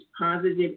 positive